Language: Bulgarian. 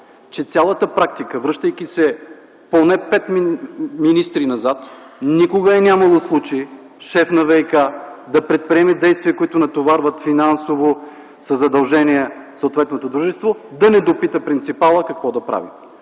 че цялата практика, връщайки се поне пет министри назад, никога не е имало случай шеф на ВиК да предприеме действия, които натоварват финансово със задължение съответното дружество – да не попита принципала какво да прави.